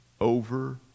Over